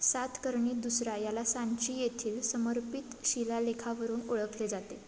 सातकर्णी दुसरा याला सांची येथील समर्पित शिलालेखावरून ओळखले जाते